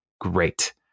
great